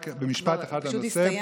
רק במשפט אחד בנושא,